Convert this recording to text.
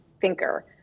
thinker